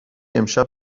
امشب